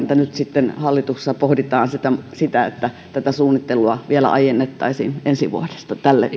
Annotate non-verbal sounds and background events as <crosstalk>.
<unintelligible> että nyt sitten hallituksessa pohditaan sitä sitä että tätä suunnittelua vielä aiennettaisiin ensi vuodesta tälle